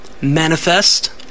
Manifest